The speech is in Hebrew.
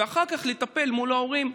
ואחר כך לטפל מול ההורים,